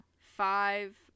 five